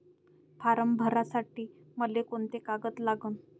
Form भरासाठी मले कोंते कागद लागन?